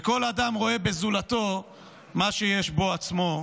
וכל אדם רואה בזולתו מה שיש בו עצמו,